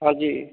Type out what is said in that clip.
ਹਾਂਜੀ